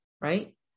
right